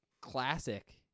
classic